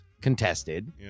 contested